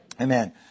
Amen